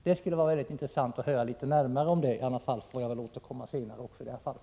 Det skulle vara intressant att få höra litet närmare om det. I annat fall får jag väl återkomma även här.